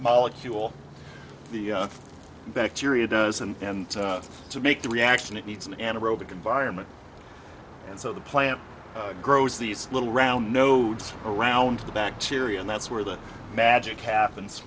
molecule the bacteria does and to make the reaction it needs an anaerobic environment and so the plant grows these little round nodes around the bacteria and that's where the magic happens